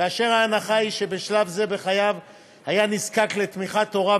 כאשר ההנחה היא שבשלב זה בחייו היה נזקק לתמיכת הוריו,